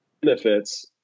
benefits